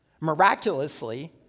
miraculously